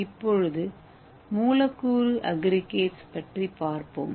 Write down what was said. இப்போது மூலக்கூறு அஃகிரிகேட்ஸ் பற்றி பார்ப்போம்